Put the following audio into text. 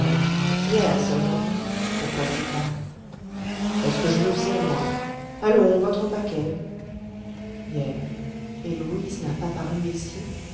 hier seulement pourquoi si tard est-ce que je le sais moi allons votre paquet hier et louise n'a pas paru ici